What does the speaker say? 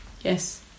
Yes